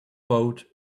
boat